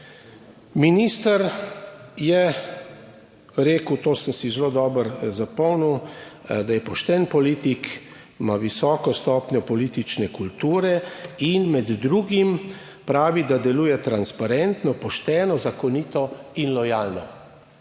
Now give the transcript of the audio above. Minister je rekel, to sem si zelo dobro zapomnil, da je pošten politik, ima visoko stopnjo politične kulture in med drugim pravi, da deluje transparentno, pošteno, zakonito in lojalno.